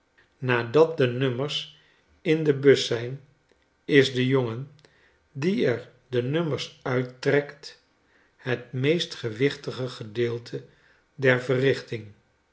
nadat de nummers in de bus zijn is de jongen die er de nummers uittrekt het meest gewichtige gedeelte der verrichting